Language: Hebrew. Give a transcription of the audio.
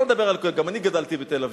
לא מדבר על גם אני גדלתי בתל-אביב,